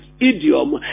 idiom